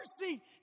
mercy